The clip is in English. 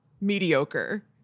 mediocre